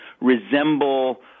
resemble